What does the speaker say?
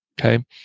Okay